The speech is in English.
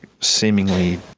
seemingly